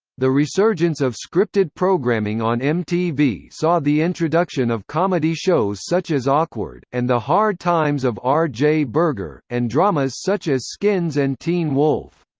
the resurgence of scripted programming on mtv saw the introduction of comedy shows such as awkward. and the hard times of um rj berger, and dramas such as skins and teen wolf.